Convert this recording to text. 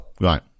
Right